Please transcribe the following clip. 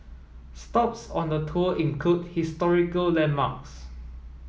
stops on the tour include historical landmarks